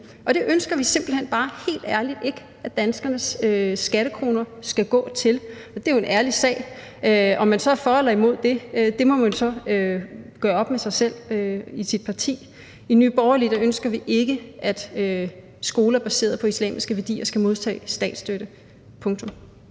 Det ønsker vi bare helt ærligt ikke at danskernes skattekroner skal gå til. Det er jo en ærlig sag. Om man så er for eller imod det, må man så gøre op med sig selv og i partierne. I Nye Borgerlige ønsker vi ikke, at skoler baseret på islamiske værdier skal modtage statsstøtte – punktum.